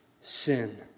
sin